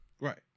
right